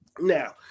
Now